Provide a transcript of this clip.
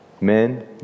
Men